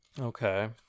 Okay